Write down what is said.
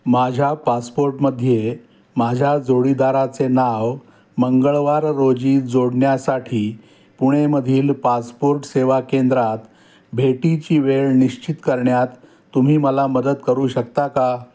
माझ्या पासपोर्टमध्ये माझ्या जोडीदाराचे नाव मंगळवार रोजी जोडण्यासाठी पुण्यामधील पासपोर्ट सेवा केंद्रात भेटीची वेळ निश्चित करण्यात तुम्ही मला मदत करू शकता का